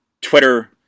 Twitter